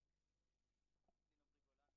את עצמו ללימודים,